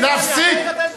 הוא הביא את דיראני.